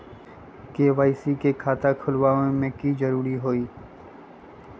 KYC के खाता खुलवा में की जरूरी होई?